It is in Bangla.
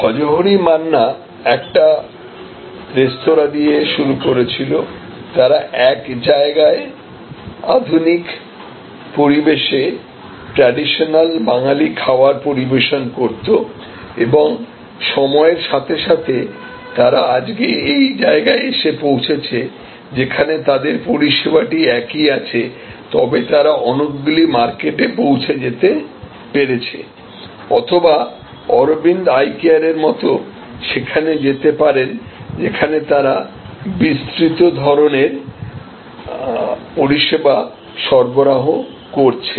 ভজহরি মান্না একটি রেস্তোঁরা দিয়ে শুরু করেছিল তারা এক জায়গায় আধুনিক পরিবেশে ট্রেডিশনাল বাঙালি খাবার পরিবেশন করতো এবং সময়ের সাথে সাথে তারা আজকে এই জায়গায় এসে পৌঁছেছে যেখানে তাদের পরিষেবাটি একই আছে তবে তারা অনেকগুলি মার্কেটে পৌছে যেতে পারছে অথবা আরাবিন্দ আই কেয়ারের মত সেখানে যেতে পারেন যেখানে তারা বিস্তৃত ধরনের পরিষেবা সরবরাহ করছে